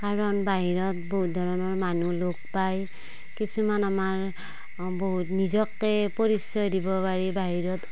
কাৰণ বাহিৰত বহুত ধৰণৰ মানুহ লগ পাই কিছুমান আমাৰ বহুত নিজকে পৰিচয় দিব পাৰি বাহিৰত